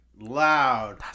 loud